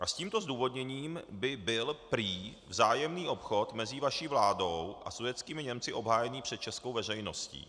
A s tímto zdůvodněním by byl prý vzájemný obchod mezi vaší vládou a sudetskými Němci obhájený před českou veřejností.